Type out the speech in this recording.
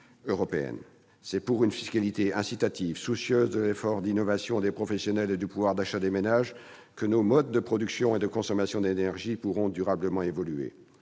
C'est par une fiscalité incitative, soucieuse de l'effort d'innovation des professionnels et du pouvoir d'achat des ménages, que nos modes de production et de consommation d'énergie pourront durablement évoluer.